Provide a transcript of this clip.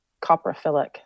coprophilic